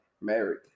married